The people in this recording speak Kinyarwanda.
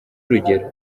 urugero